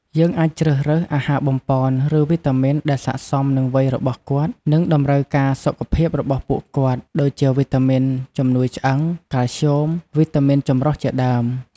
យើងអាចជ្រើសរើស អាហារបំប៉ន ឬវីតាមីនដែលស័ក្តិសមនឹងវ័យរបស់គាត់ និងតម្រូវការសុខភាពរបស់ពួកគាត់ ដូចជាវីតាមីនជំនួយឆ្អឹង (កាល់ស្យូម) វីតាមីនចម្រុះជាដើម។